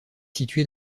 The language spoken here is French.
située